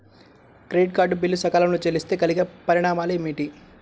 Credit card bill సకాలంలో చెల్లిస్తే కలిగే పరిణామాలేమిటి?